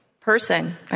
person